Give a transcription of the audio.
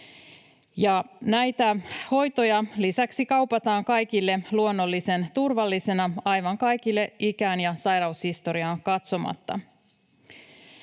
näitä hoitoja kaupataan luonnollisen turvallisina aivan kaikille ikään ja sairaushistoriaan katsomatta.